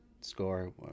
score